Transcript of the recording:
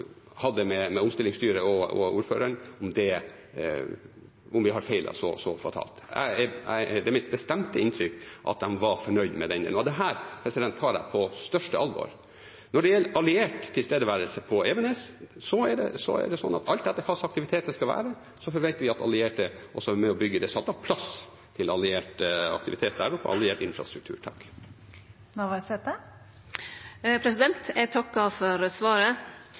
mitt bestemte inntrykk at de var fornøyd. Dette tar jeg på største alvor. Når det gjelder alliert tilstedeværelse på Evenes, er det slik at alt etter hva slags aktivitet det skal være, så forventer vi at allierte også er med på å bygge. Det er satt av plass til alliert aktivitet der og alliert infrastruktur. Det åpnes for oppfølgingsspørsmål – først Liv Signe Navarsete. Statsråden har lagt fram langtidsplan for